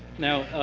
now,